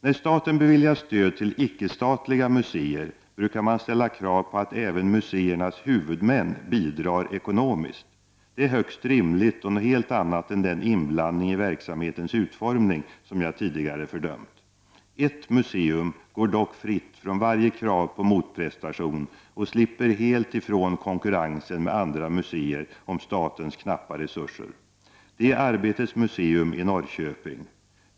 När staten beviljar stöd till icke statliga museer brukar man ställa krav på att även museernas huvudmän skall bidra ekonomiskt. Det är mycket rimligt och något helt annat än den inblandning i verksamhetens utformning som jag tidigare har fördömt. Ett museum går dock fritt från alla krav på motprestationer och slipper helt ifrån konkurrensen från andra museer om statens knappa resurser. Det är Arbetets museum i Norrköping.